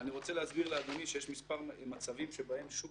אני רוצה להסביר לאדוני שיש מספר מצבים שבהם שוק